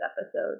episode